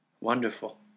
Wonderful